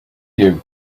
you